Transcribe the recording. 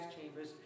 chambers